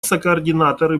сокоординаторы